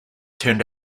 turned